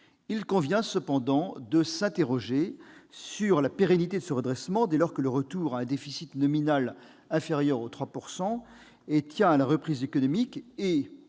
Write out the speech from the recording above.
Il convient cependant de s'interroger sur la pérennité de ce redressement, dès lors que le retour à un déficit nominal inférieur à 3 % tient à la reprise économique et